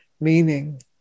meaning